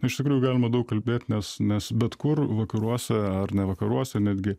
iš tikrųjų galima daug kalbėt nes nes bet kur vakaruose ar ne vakaruose netgi